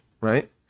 right